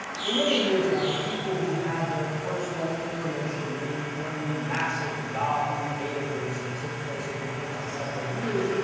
for many years now, the people who had their personal information leaked during the massive yahoo data breach that took place over the course of several years,